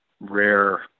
rare